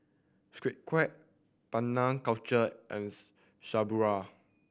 Sunquick Penang Culture and Subaru